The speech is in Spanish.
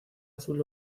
azul